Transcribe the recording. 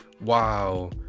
Wow